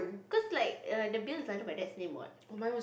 cause like err the bill is under my dad's name what